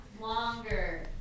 longer